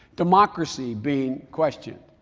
democracy being questioned,